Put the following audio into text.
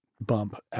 bump